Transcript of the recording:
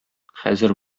хәзер